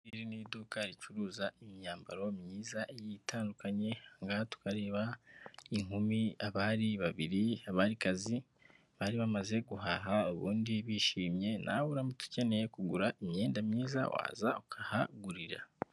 Ni iduka ricuruza imyambaro myiza itandukanye ahangaha urareba inkumi, abari babiri, abarikazi bari bamaze guhaha ubundi bishimye nawe uramutse ukeneye kugura imyenda myiza waza ukahagurira.